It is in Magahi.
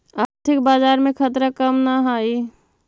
आर्थिक बाजार में खतरा कम न हाई